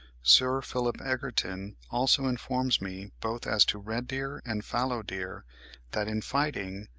sir philip egerton also informs me both as to red-deer and fallow-deer that, in fighting,